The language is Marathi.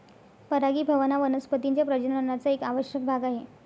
परागीभवन हा वनस्पतीं च्या प्रजननाचा एक आवश्यक भाग आहे